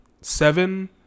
seven